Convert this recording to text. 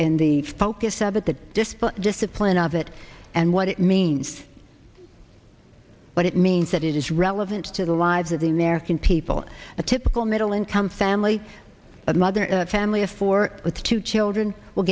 in the focus of what the display discipline of it and what it means what it means that it is relevant to the lives of the american people a typical middle income family a mother a family of four with two children will